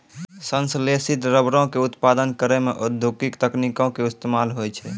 संश्लेषित रबरो के उत्पादन करै मे औद्योगिक तकनीको के इस्तेमाल होय छै